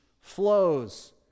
flows